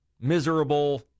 miserable